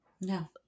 no